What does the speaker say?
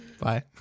Bye